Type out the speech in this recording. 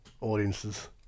audiences